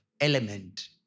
element